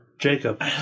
Jacob